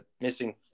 missing